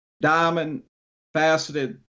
diamond-faceted